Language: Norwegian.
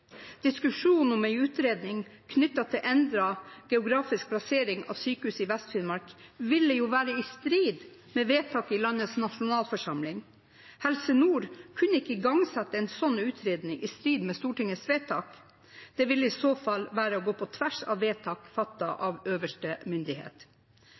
Diskusjonen om en utredning knyttet til endret geografisk plassering av sykehus i Vest-Finnmark ville være i strid med vedtaket i landets nasjonalforsamling. Helse Nord kan ikke igangsette en sånn utredning i strid med Stortingets vedtak. Det ville i så fall være å gå på tvers av vedtak